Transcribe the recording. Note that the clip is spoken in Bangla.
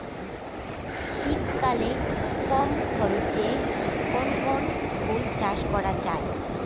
শীতকালে কম খরচে কোন কোন ফুল চাষ করা য়ায়?